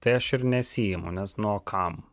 tai aš ir nesiimu nes nu o kam